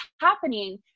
happening